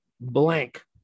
blank